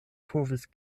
povis